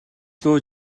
луу